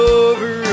over